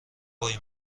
هووی